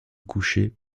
coucher